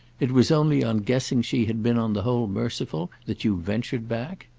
it was only on guessing she had been on the whole merciful that you ventured back?